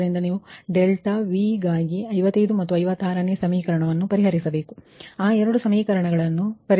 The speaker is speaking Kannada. ಆದ್ದರಿಂದ ನೀವು ∆δ ಮತ್ತು∆Vಗಾಗಿ 55 ಮತ್ತು 56ನೇ ಸಮೀಕರಣವನ್ನು ಪರಿಹರಿಸಬೇಕು ಆ 2 ಸಮೀಕರಣಗಳನ್ನು ಪರಿಹರಿಸಬೇಕು